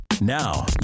Now